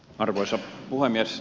arvoisa puhemies